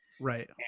Right